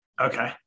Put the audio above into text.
Okay